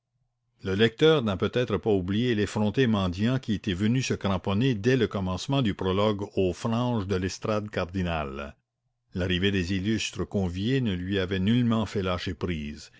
le lecteur n'a peut-être pas oublié l'effronté mendiant qui était venu se cramponner dès le commencement du prologue aux franges de l'estrade cardinale l'arrivée des illustres conviés ne lui avait nullement fait lâcher prise